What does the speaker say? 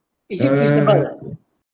is it suitable